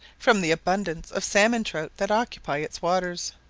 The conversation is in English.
from the abundance of salmon-trout that occupy its waters.